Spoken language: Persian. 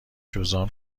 جذام